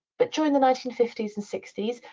but during the nineteen fifty s and sixty s,